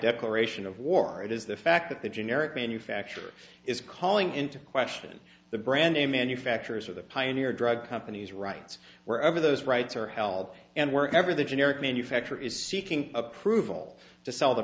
declaration of war it is the fact that the generic manufacturer is calling into question the brand name manufacturers or the pioneer drug companies rights wherever those rights are held and wherever the generic manufacturer is seeking approval to sell the